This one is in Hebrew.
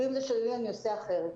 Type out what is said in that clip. ואם זה שלילי אני עושה אחרת.